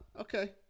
okay